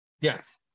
Yes